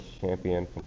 champion